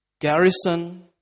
garrison